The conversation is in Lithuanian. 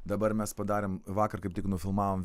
dabar mes padarėm vakar kaip tik nufilmavom